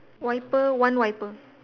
wiper one wiper